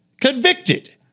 Convicted